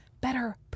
better